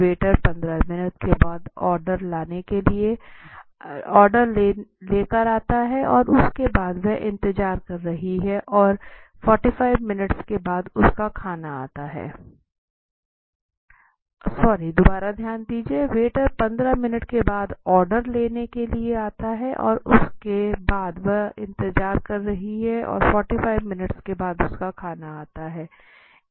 waiter 15 minute के बाद order लेने के लिए आता है और उसके बाद वह इंतजार कर रही है और 45 मिनट के बाद उसका खाना आता है